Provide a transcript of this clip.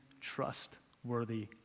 trustworthy